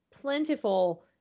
plentiful